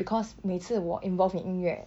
because 每次我 involved in 音乐